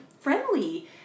Friendly